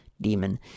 demon